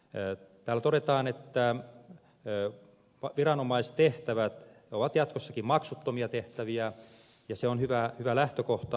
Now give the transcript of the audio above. täällä todetaan että viranomaistehtävät ovat jatkossakin maksuttomia tehtäviä ja se on hyvä lähtökohta